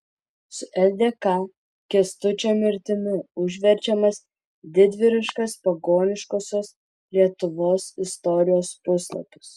su ldk kęstučio mirtimi užverčiamas didvyriškas pagoniškosios lietuvos istorijos puslapis